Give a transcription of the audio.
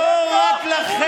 לא לא רק לכם.